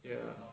ya